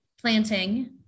planting